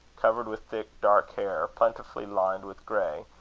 covered with thick dark hair, plentifully lined with grey,